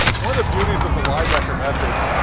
one of the beauties of the lydecker method,